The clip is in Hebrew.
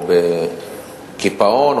או בקיפאון,